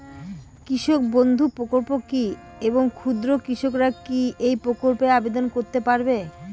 কৃষক বন্ধু প্রকল্প কী এবং ক্ষুদ্র কৃষকেরা কী এই প্রকল্পে আবেদন করতে পারবে?